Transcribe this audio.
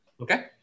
Okay